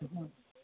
હ